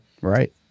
Right